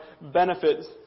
benefits